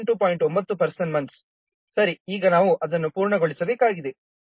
9 person months ಸರಿ ಈಗ ನಾವು ಅದನ್ನು ಪೂರ್ಣಗೊಳಿಸಬೇಕಾಗಿದೆ